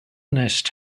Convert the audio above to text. nest